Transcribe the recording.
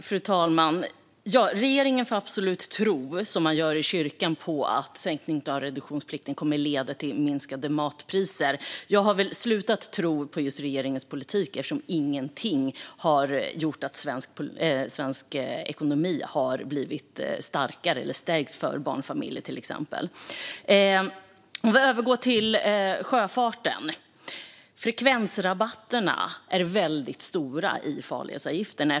Fru talman! Regeringen får absolut tro, som man gör i kyrkan, på att sänkning av reduktionsplikten kommer att leda till minskade matpriser. Jag har väl slutat tro på regeringens politik, eftersom ingenting i den har gjort att svensk ekonomi blivit starkare eller att ekonomin stärkts för till exempel barnfamiljer. Jag övergår till sjöfarten. Frekvensrabatterna är väldigt stora i farledsavgifterna.